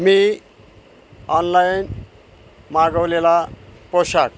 मी online मागवलेला पोशाख